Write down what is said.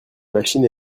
machine